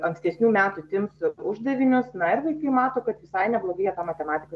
ankstesnių metų tims uždavinius na ir vaikai mato kad visai neblogai jie tą matematiką